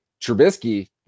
Trubisky